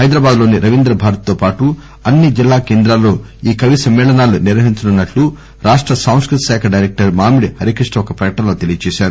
హైదరాబాద్ లోని రవీంద్ర భారతితో పాటూ అన్ని జిల్లా కేంద్రాలలో ఈ కవి సమ్మేళనాలు నిర్వహించనున్నట్లు రాష్ట సాంస్కృతిక శాఖ డైరెక్టర్ మామిడి హరికృష్ణ ఒక ప్రకటనలో తెలియజేశారు